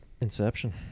Inception